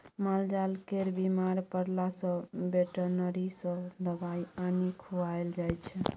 मालजाल केर बीमार परला सँ बेटनरी सँ दबाइ आनि खुआएल जाइ छै